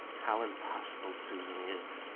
how impossible susan is,